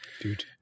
Dude